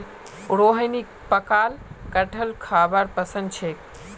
रोहिणीक पकाल कठहल खाबार पसंद छेक